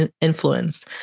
influence